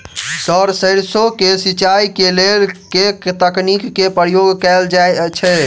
Sir सैरसो केँ सिचाई केँ लेल केँ तकनीक केँ प्रयोग कैल जाएँ छैय?